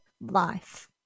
life